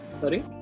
Sorry